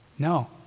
No